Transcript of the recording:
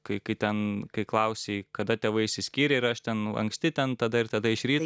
kai kai ten kai klausei kada tėvai išsiskyrė ir aš ten anksti ten tada ir tada iš ryto